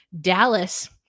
Dallas